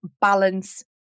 balance